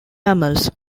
mammals